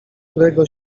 którego